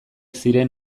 ziren